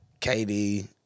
KD